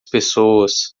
pessoas